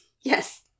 Yes